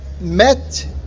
met